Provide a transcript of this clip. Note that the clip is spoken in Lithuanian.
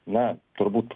na turbūt